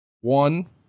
one